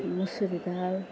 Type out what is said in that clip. मुसुरी दाल